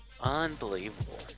Unbelievable